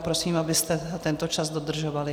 Prosím, abyste tento čas dodržovali.